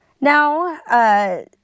Now